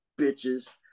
bitches